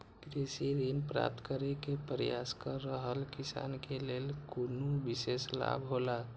कृषि ऋण प्राप्त करे के प्रयास कर रहल किसान के लेल कुनु विशेष लाभ हौला?